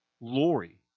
Lori